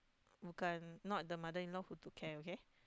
bukan not the mother in law who took care okay